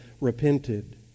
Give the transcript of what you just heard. repented